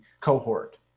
cohort